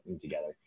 together